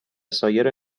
سایر